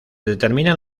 determinan